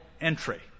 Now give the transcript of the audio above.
Entry